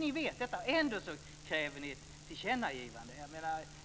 Ni vet detta och ändå kräver ni ett tillkännagivande.